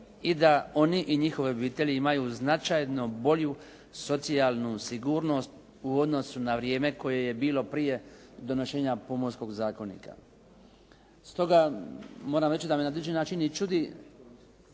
I da i njihove obitelji imaju značajno bolju socijalnu sigurnost u odnosu na vrijeme koje je bilo prije donošenja Pomorskog zakonika. Stoga moram reći da me na određeni način i čudi